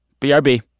BRB